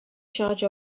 charge